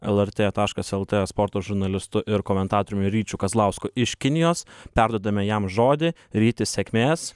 lrt taškas lt sporto žurnalistu ir komentatoriumi ryčiu kazlausku iš kinijos perduodame jam žodį ryti sėkmės